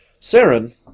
Saren